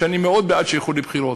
אני מאוד בעד שילכו לבחירות,